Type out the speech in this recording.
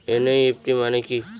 NEFT মনে কি?